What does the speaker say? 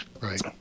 Right